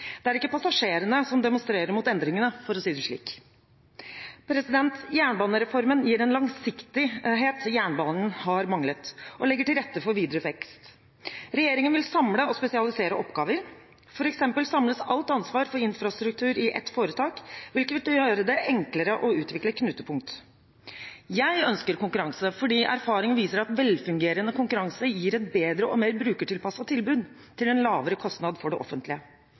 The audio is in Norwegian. Det er ikke passasjerene som demonstrerer mot endringene, for å si det slik. Jernbanereformen gir en langsiktighet jernbanen har manglet, og legger til rette for videre vekst. Regjeringen vil samle og spesialisere oppgaver. For eksempel samles alt ansvar for infrastruktur i ett foretak, hvilket vil gjøre det enklere å utvikle knutepunkter. Jeg ønsker konkurranse fordi erfaring viser at velfungerende konkurranse gir et bedre og mer brukertilpasset tilbud, til en lavere kostnad for det offentlige.